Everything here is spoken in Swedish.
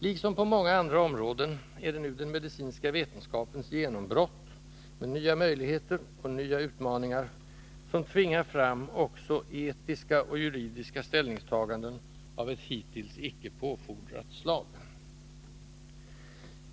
Liksom på så många andra områden är det nu den medicinska vetenskapens genombrott — med nya möjligheter och nya utmaningar — som tvingar fram också etiska och juridiska ställningstaganden av ett hittills inte påfordrat slag.